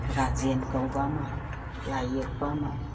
ꯔꯥꯖꯦꯟ ꯀꯧꯕ ꯑꯃ ꯂꯥꯏ ꯌꯦꯛꯄ ꯑꯃ